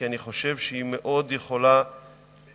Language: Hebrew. כי אני חושב שהיא מאוד יכולה להשפיע.